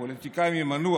הפוליטיקאים ימנו,